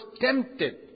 tempted